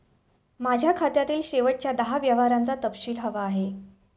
माझ्या खात्यातील शेवटच्या दहा व्यवहारांचा तपशील हवा आहे